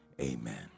Amen